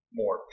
more